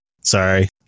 Sorry